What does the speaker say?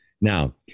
Now